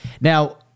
Now